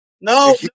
No